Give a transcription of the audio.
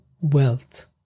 wealth